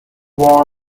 worn